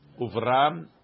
Uvram